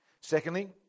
Secondly